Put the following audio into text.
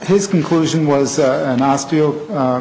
his conclusion was and i still